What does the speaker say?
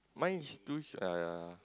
mine is two shoe uh ya